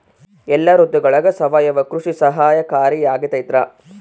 ಎಲ್ಲ ಋತುಗಳಗ ಸಾವಯವ ಕೃಷಿ ಸಹಕಾರಿಯಾಗಿರ್ತೈತಾ?